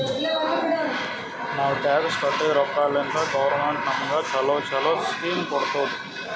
ನಾವ್ ಟ್ಯಾಕ್ಸ್ ಕಟ್ಟಿದ್ ರೊಕ್ಕಾಲಿಂತೆ ಗೌರ್ಮೆಂಟ್ ನಮುಗ ಛಲೋ ಛಲೋ ಸ್ಕೀಮ್ ಕೊಡ್ತುದ್